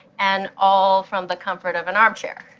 and all from the comfort of an armchair.